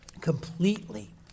completely